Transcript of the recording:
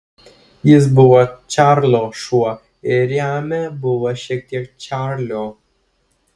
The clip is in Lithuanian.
jis buvo čarlio šuo ir jame buvo šiek tiek čarlio